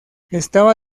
estaba